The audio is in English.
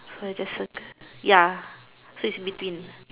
so we just circle ya so it's in between